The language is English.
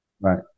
Right